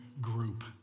group